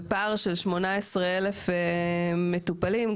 ופער של 18,000 מטפלים.